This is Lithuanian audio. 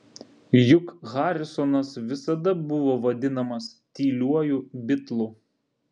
juk harrisonas visada buvo vadinamas tyliuoju bitlu